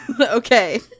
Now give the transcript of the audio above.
okay